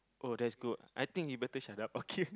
oh that's good I think he better shut up okay